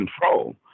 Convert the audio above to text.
control